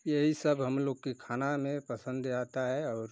यही सब हम लोग के खाना में पसंद आता है और